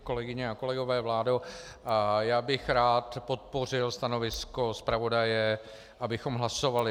Kolegyně a kolegové, vládo, já bych rád podpořil stanovisko zpravodaje, abychom hlasovali.